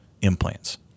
implants